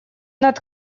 над